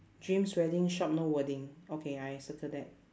dreams wedding shop no wording okay I circle that